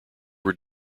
were